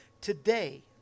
today